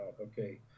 okay